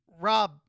Rob